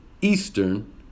Eastern